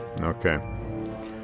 Okay